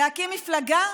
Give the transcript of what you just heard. להקים מפלגה